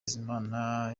bizimana